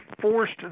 forced